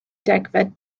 degfed